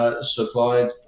Supplied